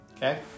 Okay